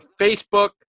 Facebook